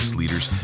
leaders